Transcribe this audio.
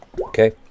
Okay